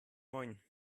moin